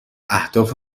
اهداف